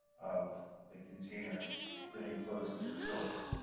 of the container that encloses the filter.